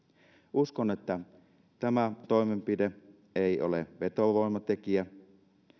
uskon että tämä toimenpide ei ole vetovoimatekijä